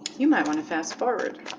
you might want to fast-forward